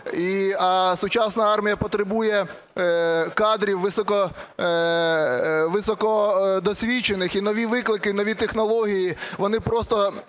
а сучасна армія потребує кадрів високо досвідчених. І нові виклики, нові технології, вони просто